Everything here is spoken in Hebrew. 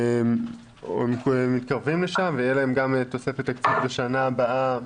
הם מתקרבים לשם ותהיה להם גם תוספת תקציב בשנה הבאה,